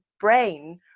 brain